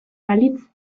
balitz